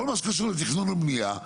בכל מה שקשור לתכנון ובנייה,